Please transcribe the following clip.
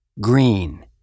Green